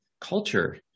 culture